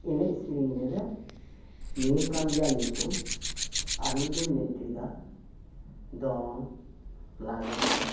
ᱮᱱᱮᱡ ᱥᱮᱨᱮᱧ ᱨᱮᱫᱚ ᱱᱤᱭᱟᱹ ᱠᱟᱱ ᱜᱮᱭᱟ ᱧᱩᱛᱩᱢ ᱟᱨ ᱢᱤᱫ ᱫᱚᱧ ᱢᱮᱱ ᱦᱚᱪᱚᱭᱮᱫᱟ ᱫᱚᱝ ᱞᱟᱜᱽᱲᱮ